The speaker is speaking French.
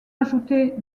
ajoutait